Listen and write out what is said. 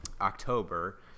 october